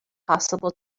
possible